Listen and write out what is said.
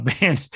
man